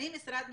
אני משרד ממשלתי,